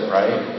right